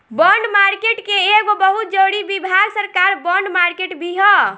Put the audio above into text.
bond market के एगो बहुत जरूरी विभाग सरकार बॉन्ड मार्केट भी ह